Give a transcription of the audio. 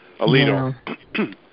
Alito